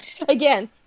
Again